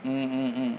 mm mm mm